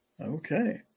Okay